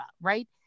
right